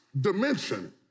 dimension